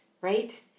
right